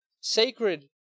sacred